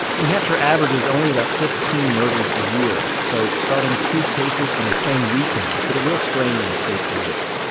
new hampshire averages only about fifteen murders a year, so starting two cases on the same weekend put a real strain on state police.